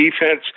defense